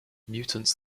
mutants